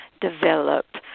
develop